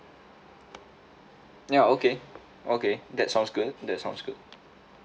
ya okay okay that sounds good that sounds good